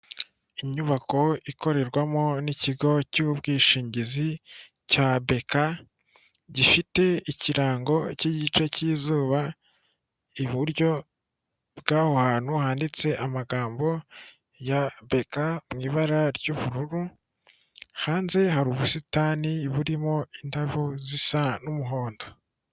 Inyubako ikorerwamo n'ikigo cy'ubwishingizi cya beka gifite ikirango cy'igice cy'izuba; iburyo bw'aho hantu handitse amagambo ya beka mu ibara ry'ubururu hanze hari ubusitani burimo indabo zisa n'umuhondo.